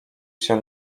się